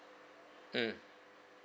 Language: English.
mm